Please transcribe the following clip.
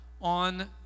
on